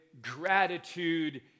gratitude